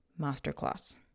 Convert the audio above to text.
masterclass